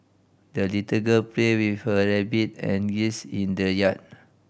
the little girl played with her rabbit and geese in the yard